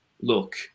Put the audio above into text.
look